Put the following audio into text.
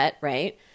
right